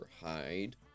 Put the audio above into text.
hide